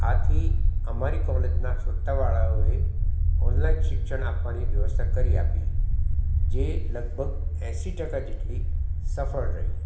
આથી અમારી કોલેજના સત્તાવાળાઓએ ઓનલાઈન શિક્ષણ આપવાની વ્યવસ્થા કરી આપી જે લગભગ એસી ટકા જેટલી સફળ રહી